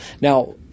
now